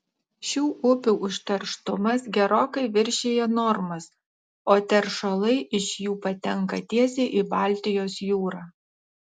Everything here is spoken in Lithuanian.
šių upių užterštumas gerokai viršija normas o teršalai iš jų patenka tiesiai į baltijos jūrą